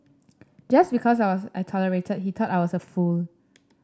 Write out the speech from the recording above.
just because I tolerated he thought I was a fool